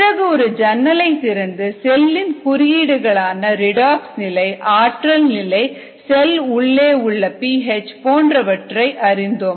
பிறகு ஒரு ஜன்னலை திறந்து செல்லின் குறியீடுகளான ரீடாக்ஸ் நிலை ஆற்றல் நிலை செல் உள்ளே உள்ள பி ஹெச் போன்றவற்றை அறிந்தோம்